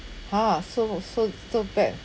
!huh! so so so bad